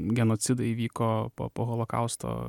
genocidai įvyko po po holokausto